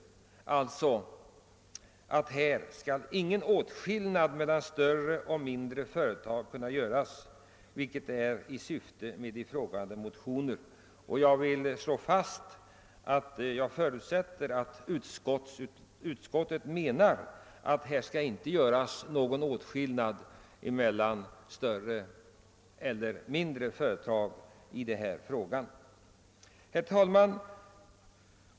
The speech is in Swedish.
Ingen åtskillnad skall alltså, såvitt jag förstår, härvidlag göras mellan större och mindre företag. Detta är också syftet med de motioner jag talat om. Jag slår ännu en gång fast att jag förutsätter att utskottets mening är att det inte skall göras någon åtskillnad mellan större och mindre företag på denna punkt. Herr talman!